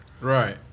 right